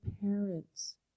parents